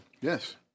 Yes